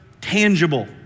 tangible